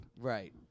Right